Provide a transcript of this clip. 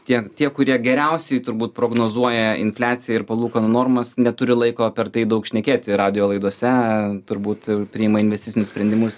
tie tie kurie geriausiai turbūt prognozuoja infliaciją ir palūkanų normas neturi laiko per tai daug šnekėti radijo laidose turbūt priima investicinius sprendimus